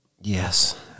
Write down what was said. yes